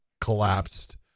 collapsed